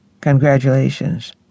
Congratulations